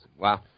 Wow